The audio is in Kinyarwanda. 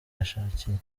ashakiye